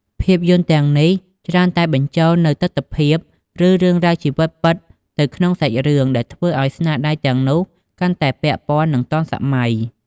ភាពយន្តទាំងនេះច្រើនតែបញ្ចូលនូវទិដ្ឋភាព ឬរឿងរ៉ាវជីវិតពិតទៅក្នុងសាច់រឿង ដែលធ្វើឲ្យស្នាដៃទាំងនោះកាន់តែពាក់ព័ន្ធ និងទាន់សម័យ។